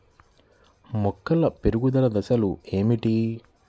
మొక్కల పెరుగుదల దశలు ఏమిటి?